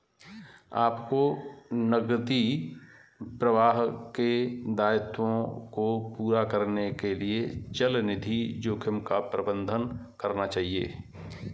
आपको नकदी प्रवाह के दायित्वों को पूरा करने के लिए चलनिधि जोखिम का प्रबंधन करना चाहिए